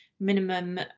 minimum